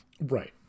Right